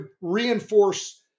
reinforce